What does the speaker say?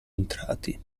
entrati